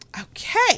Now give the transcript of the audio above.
Okay